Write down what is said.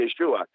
Yeshua